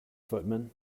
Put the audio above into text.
footman